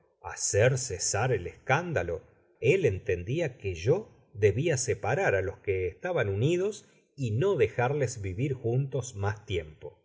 hacer cesar el éscándolo él entendia que yo debia separar á los que estaban unidos y no dejarles vivir juntos mas tiempo